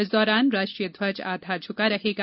इस दौरान राष्ट्रीय ध्वज आधा झुका रहेगा